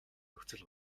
нөхцөл